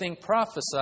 prophesied